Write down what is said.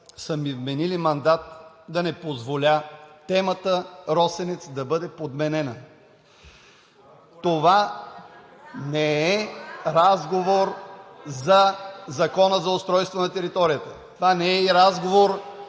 са ми вменили мандат да не позволя темата „Росенец“ да бъде подменена. Това не е разговор за Закона за устройство на територията, това не е и разговор